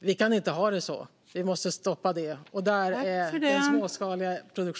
Vi kan inte ha det så. Vi måste stoppa det.